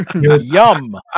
Yum